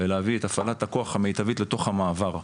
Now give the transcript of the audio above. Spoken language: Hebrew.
ולהביא את הפעלת הכוח המיטבית לתוך המעבר.